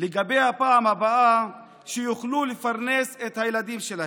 בדבר הפעם הבאה שיוכלו לפרנס את הילדים שלהם.